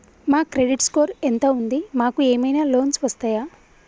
మా credit score ఎంత ఉంది? మాకు ఏమైనా లోన్స్ వస్తయా?